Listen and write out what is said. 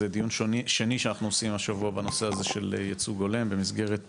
זה הדיון השני שאנחנו עושים השבוע של ייצוג הולם במסגרת